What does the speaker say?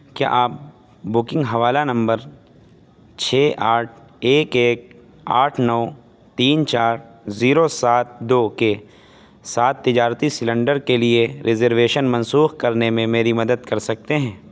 کیا آپ بکنگ حوالہ نمبر چھ آٹھ ایک ایک آٹھ نو تین چار زیرو سات دو کے ساتھ تجارتی سلنڈر کے لیے ریزرویشن منسوخ کرنے میں میری مدد کر سکتے ہیں